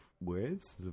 words